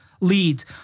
leads